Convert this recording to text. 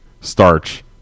starch